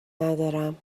ندارم